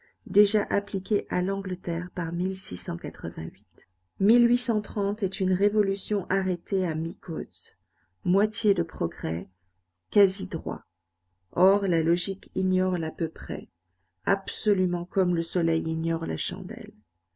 déjà appliquée à l'angleterre par est une révolution arrêtée à mi-côte moitié de progrès quasi droit or la logique ignore l'à peu près absolument comme le soleil ignore la chandelle